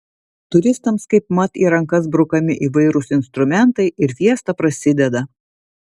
turistams kaipmat į rankas brukami įvairūs instrumentai ir fiesta prasideda